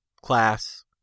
class